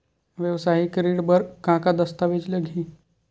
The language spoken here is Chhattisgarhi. वेवसायिक ऋण बर का का दस्तावेज लगही?